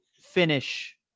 finish